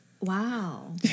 Wow